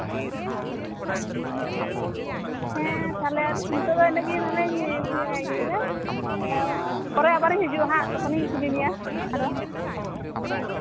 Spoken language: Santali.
ᱦᱮᱸ ᱛᱟᱞᱦᱮ ᱱᱤᱛᱳᱜ ᱫᱚ ᱛᱟᱞᱦᱮ ᱤᱱᱟᱹᱜ ᱜᱮ ᱛᱟᱞᱦᱮᱧ ᱤᱭᱟᱹᱭ ᱫᱟ ᱯᱚᱨᱮ ᱟᱵᱟᱨᱤᱧ ᱦᱤᱡᱩᱜᱼᱟ ᱦᱟᱸᱜ ᱛᱚᱠᱷᱚᱱᱤᱧ ᱠᱩᱞᱤ ᱢᱮᱭᱟ ᱟᱨᱚ